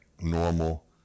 normal